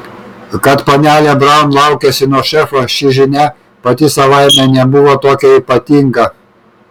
kad panelė braun laukiasi nuo šefo ši žinia pati savaime nebuvo tokia ypatinga